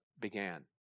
began